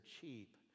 cheap